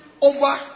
over